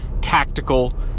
tactical